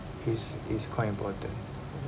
is is quite important